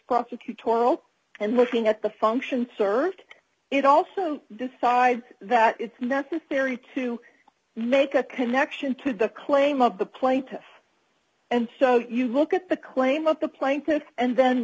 prosecutorial and looking at the function served it also decides that it's necessary to make a connection to the claim of the plaintiff and so you look at the claim of the plaintiffs and then